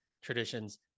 traditions